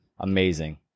Amazing